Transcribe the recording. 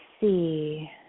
see